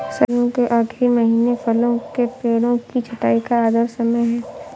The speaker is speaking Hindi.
सर्दियों के आखिरी महीने फलों के पेड़ों की छंटाई का आदर्श समय है